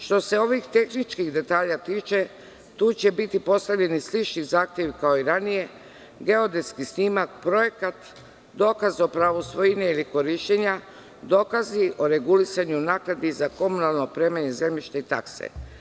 Što se ovih tehničkih detalja tiče, tu će biti postavljeni slični zahtevi kao i ranije, geodetski snimak, projekat, dokaz o pravu svojine ili korišćenja, dokazi o regulisanju naknadi za komunalno opremanje zemljišta i takse.